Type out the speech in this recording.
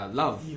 love